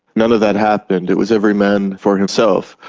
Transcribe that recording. none of that happened. it was every man for himself.